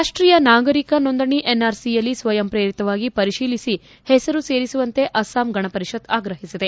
ರಾಷ್ಲೀಯ ನಾಗರಿಕ ನೋಂದಣಿ ಎನ್ಆರ್ಸಿಯಲ್ಲಿ ಸ್ವಯಂ ಪ್ರೇರಿತವಾಗಿ ಪರಿಶೀಲಿಸಿ ಹೆಸರು ಸೇರಿಸುವಂತೆ ಅಸ್ವಾಂ ಗಣ ಪರಿಷತ್ ಆಗ್ರಹಿಸಿದೆ